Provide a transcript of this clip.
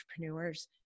entrepreneurs